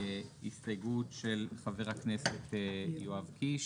קיבלנו הסתייגות של חבר הכנסת יואב קיש